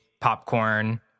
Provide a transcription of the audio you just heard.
Popcorn